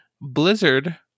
blizzard